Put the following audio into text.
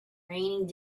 raining